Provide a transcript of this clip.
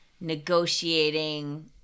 negotiating